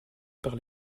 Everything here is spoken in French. par